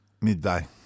midday